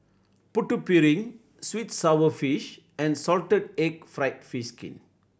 Putu Piring sweet and sour fish and salted egg fried fish skin